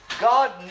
God